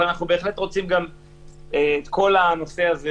אבל אנחנו בהחלט רוצים את כל הנושא הזה